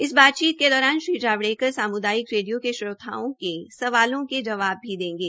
इस बातचीत के दौरान श्री जावड़ेकर साम्दायिक रेडियो के श्रोताओं के सवालों के जवाब भी देंगे